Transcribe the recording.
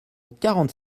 quarante